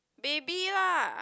baby lah